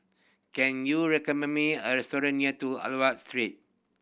can you recommend me a restaurant near to Aliwal Street